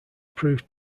proved